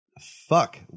fuck